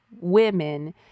women